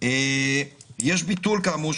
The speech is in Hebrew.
יש עוד דבר,